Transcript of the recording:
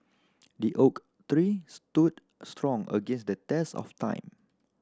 the oak three stood strong against the test of time